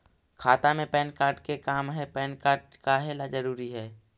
खाता में PAN card के का काम है पैन कार्ड काहे ला जरूरी है?